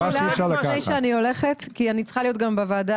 לפני שאני הולכת כי אני צריכה להיות גם בוועדה